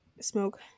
smoke